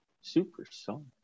Supersonic